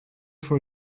for